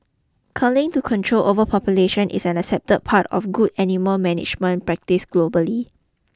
culling to control overpopulation is an accepted part of good animal management practice globally